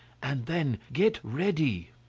and then get ready.